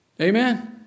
Amen